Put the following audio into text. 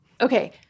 Okay